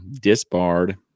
disbarred